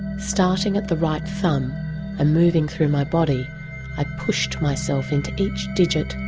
starting at the right thumb and moving through my body i pushed myself into each digit,